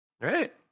Right